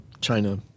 China